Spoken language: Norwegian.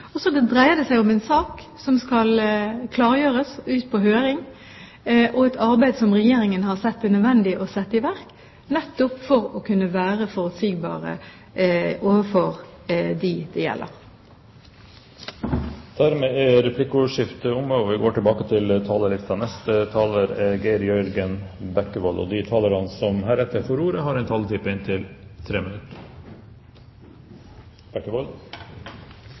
dreier det seg om en sak som skal klargjøres og sendes ut på høring; et arbeid som Regjeringen har sett det som nødvendig å sette i verk, nettopp for å kunne være forutsigbar overfor dem det gjelder. Replikkordskiftet er omme.